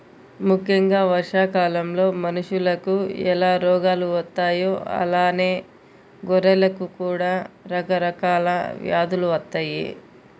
ముక్కెంగా వర్షాకాలంలో మనుషులకు ఎలా రోగాలు వత్తాయో అలానే గొర్రెలకు కూడా రకరకాల వ్యాధులు వత్తయ్యి